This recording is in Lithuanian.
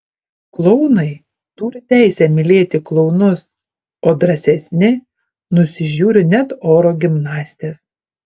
klounai turi teisę mylėti klounus o drąsesni nusižiūri net oro gimnastes